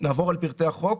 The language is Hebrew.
נעבור על פרטי החוק.